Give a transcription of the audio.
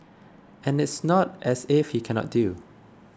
and it's not as if he cannot deal